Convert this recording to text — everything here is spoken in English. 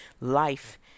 life